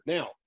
Now